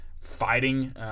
fighting